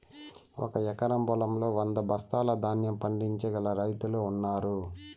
ఒక ఎకరం పొలంలో వంద బస్తాల ధాన్యం పండించగల రైతులు ఉన్నారు